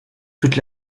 toute